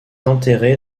enterrée